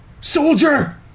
Soldier